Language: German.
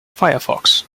firefox